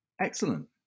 Excellent